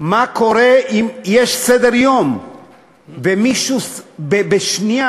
מה קורה אם יש סדר-יום ומישהו בשנייה,